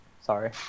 sorry